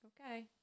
okay